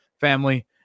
family